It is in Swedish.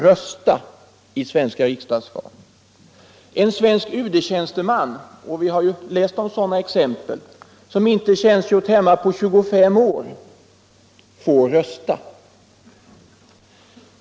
— Utlandssvenskarnas En svensk UD-tjänsteman — vi har läst om sådana exempel — som inte = rösträtt har tjänstgjort hemma på 25 år får rösta.